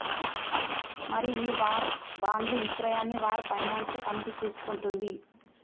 మరి ఈ వార్ బాండ్లు ఇక్రయాన్ని వార్ ఫైనాన్స్ కమిటీ చూసుకుంటుంది